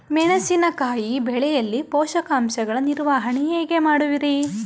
ಮೆಣಸಿನಕಾಯಿ ಬೆಳೆಯಲ್ಲಿ ಪೋಷಕಾಂಶಗಳ ನಿರ್ವಹಣೆ ಹೇಗೆ ಮಾಡುವಿರಿ?